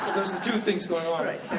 there's the two things going on. right.